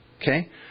Okay